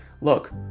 Look